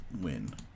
win